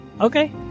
Okay